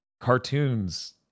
cartoons